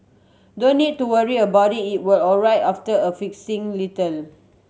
don't need to worry about it it will alright after a fixing little